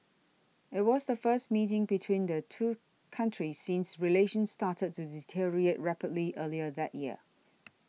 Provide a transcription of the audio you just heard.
it was the first meeting between the two countries since relations started to deteriorate rapidly earlier that year